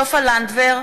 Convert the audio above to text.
סופה לנדבר,